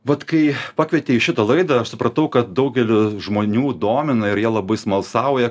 vat kai pakvietei į šitą laidą aš supratau kad daugelį žmonių domina ir jie labai smalsauja